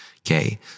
Okay